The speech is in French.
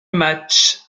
matchs